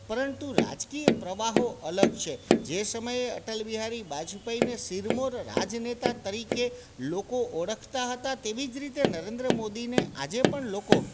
પરંતુ રાજકીય પ્રવાહો અલગ છે જે સમયે અટલ બિહારી બાજપઈને શિરમોર રાજનેતા તરીકે લોકો ઓળખતા હતા તેવી જ રીતે નરેન્દ્ર મોદીને આજે પણ લોકો